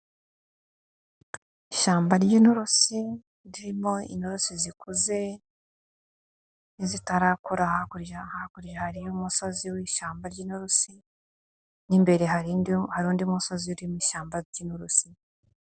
Ishyamba ry'inturusi, ririmo inturusi zikuze, n'izitarakura, hakurya hakurya hariyo umusozi w'ishyamba ry'inturusi, n'imbere hari undi musozi uriho ishyamba ry'inturusi.